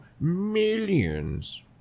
millions